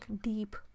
deep